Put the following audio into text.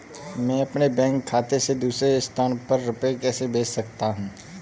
मैं अपने बैंक खाते से दूसरे स्थान पर रुपए कैसे भेज सकता हूँ?